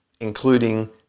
including